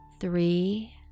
three